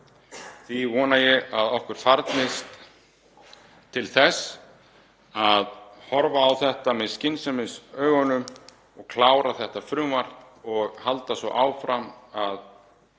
Því vona ég að okkur farnist að horfa á þetta með skynsemisaugum, klára þetta frumvarp og halda svo áfram að